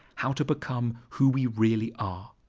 how to become who we really ah